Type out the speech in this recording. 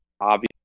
obvious